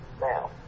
now